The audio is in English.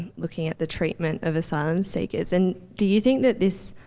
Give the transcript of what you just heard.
looking at the treatment of asylum seekers and do you think that this,